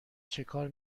چکار